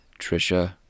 Trisha